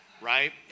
right